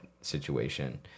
situation